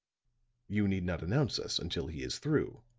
you need not announce us until he is through,